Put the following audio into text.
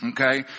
Okay